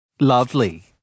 Lovely